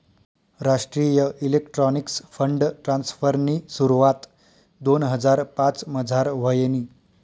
राष्ट्रीय electronics fund ट्रान्स्फरनी सुरवात दोन हजार पाचमझार व्हयनी